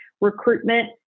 recruitment